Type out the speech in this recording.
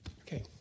Okay